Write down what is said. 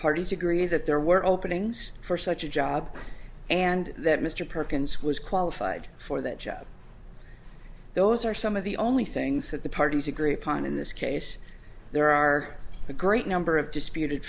parties agree that there were openings for such a job and that mr perkins was qualified for that job those are some of the only things that the parties agree upon in this case there are a great number of disputed